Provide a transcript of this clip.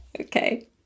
Okay